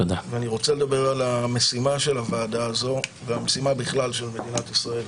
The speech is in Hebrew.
אני רוצה לדבר על המשימה של הוועדה הזו ובכלל על המשימה של מדינת ישראל.